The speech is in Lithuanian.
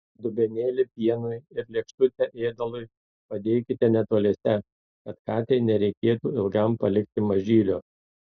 dubenėlį pienui ir lėkštutę ėdalui padėkite netoliese kad katei nereikėtų ilgam palikti mažylių